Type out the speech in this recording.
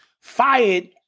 fired